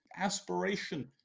aspiration